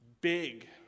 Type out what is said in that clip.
big